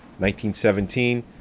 1917